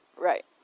Right